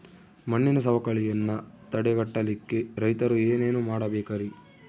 ಮಣ್ಣಿನ ಸವಕಳಿಯನ್ನ ತಡೆಗಟ್ಟಲಿಕ್ಕೆ ರೈತರು ಏನೇನು ಮಾಡಬೇಕರಿ?